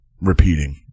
repeating